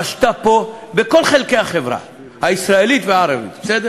אין אדם נתפס בשעת קלקלתו, בשעת צערו, לא יודע.